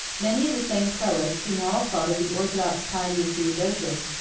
many of the same prelates who now applauded the orthodox piety of theodosius,